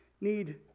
need